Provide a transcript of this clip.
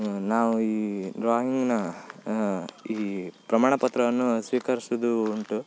ನಾವು ಈ ಡ್ರಾಯಿಂಗ್ನ ಈ ಪ್ರಮಾಣ ಪತ್ರವನ್ನು ಸ್ವೀಕರಿಸುದು ಉಂಟು